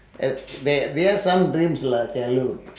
uh there there are some dreams lah childhood